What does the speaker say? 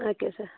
okay sir